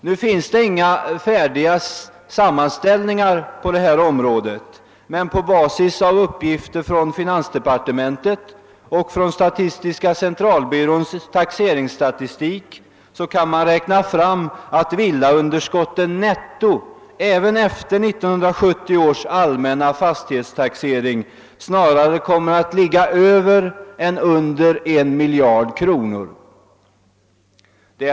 Det finns inga färdiga sammanställningar på detta område, men på basis av uppgifter från finansdepartementet och från statistiska centralbyråns taxeringsstatistik kan man räkna fram att villaunderskottens netto även efter 1970 års allmänna fastighetstaxering snarare kommer att ligga över än under en miljard kronor.